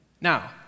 Now